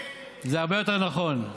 זה הרבה יותר נכון.